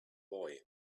boy